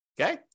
okay